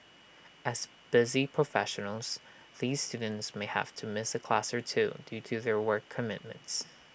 as busy professionals these students may have to miss A class or two due to their work commitments